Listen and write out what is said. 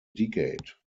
decade